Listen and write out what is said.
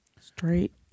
Straight